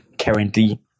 currently